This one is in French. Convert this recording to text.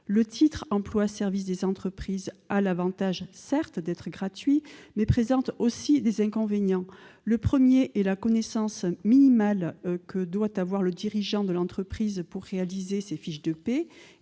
du titre emploi service entreprise a certes l'avantage d'être gratuit, mais il présente aussi des inconvénients. Le premier est la connaissance minimale que doit avoir le dirigeant de l'entreprise pour réaliser ses fiches de paie.